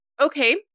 Okay